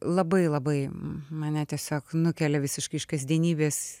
labai labai mane tiesiog nukelia visiškai iš kasdienybės